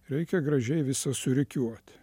reikia gražiai visa surikiuot